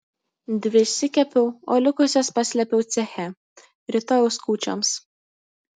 dvi išsikepiau o likusias paslėpiau ceche rytojaus kūčioms